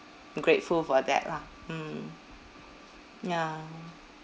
grateful for that lah mm ya